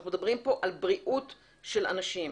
אנחנו מדברים פה על בריאות של אנשים.